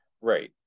Right